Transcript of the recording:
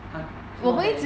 !huh! 那个 leh